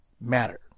matter